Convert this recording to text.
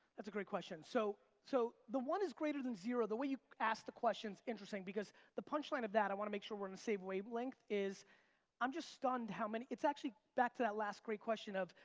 that's a great question, so, so the one is greater than zero, the way you asked the question is interesting because the punchline of that, i want to make sure we're on the same wavelength is i'm just stunned how many, it's actually back to that last great question of,